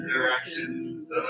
Directions